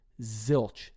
zilch